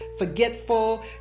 forgetful